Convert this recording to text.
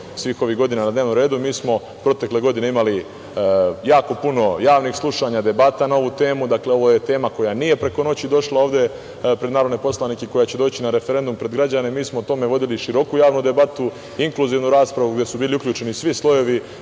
svih ovih godina na dnevnom redu. Mi smo protekle godine imali jako puno javnih slušanja, debata na ovu temu. Ovo je tema koja nije preko noći došla ovde pred narodne poslanike i koja će doći na referendum pred građane, mi smo o tome vodili široku javnu debatu, inkluzivnu raspravu gde su bili uključeni svi slojevi,